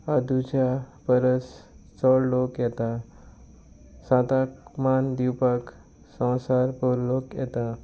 अंदुच्या परस चड लोक येता सांताक मान दिवपाक संवसार भर लोक येता